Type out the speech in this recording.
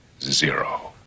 zero